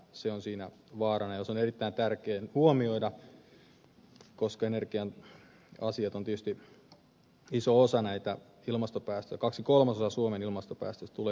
se on siinä vaarana ja se on erittäin tärkeätä huomioida koska energia asiat ovat tietysti iso osa näitä ilmastopäästöjä kaksi kolmasosaa suomen ilmastopäästöistä tulee energiantuotannosta